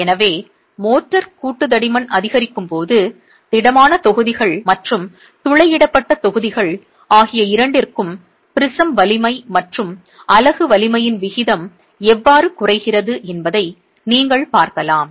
எனவே மோர்டார் கூட்டு தடிமன் அதிகரிக்கும் போது திடமான தொகுதிகள் மற்றும் துளையிடப்பட்ட தொகுதிகள் ஆகிய இரண்டிற்கும் ப்ரிஸம் வலிமை மற்றும் அலகு வலிமையின் விகிதம் எவ்வாறு குறைகிறது என்பதை நீங்கள் பார்க்கலாம்